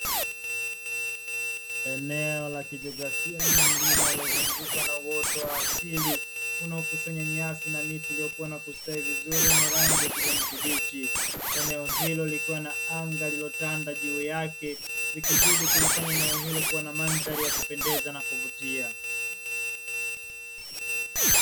Eneo la kijiografia lenye mlima uliozungukwa na uoto wa asili unaokusanya nyasi na miti iliyokua na kustawi vizuri yenye rangi ya kijani kibichi, eneo hilo lilikiwa na anga lililotanda juu yake, vikizidi kulifanya neno hilo kuwa na mandhari ya kupendeza na kuvutia.